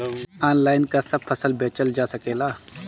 Online का सब फसल बेचल जा सकेला?